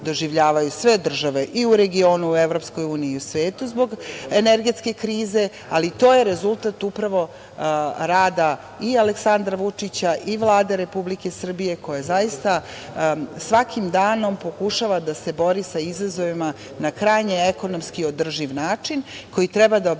doživljavaju sve države i u regionu, u EU i u svetu, zbog energetske krize. To je rezultat upravo rada i Aleksandra Vučića i Vlade Republike Srbije, koji zaista svakim danom pokušava da se bori sa izazovima na krajnje ekonomski održiv način koji treba da obezbedi